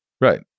Right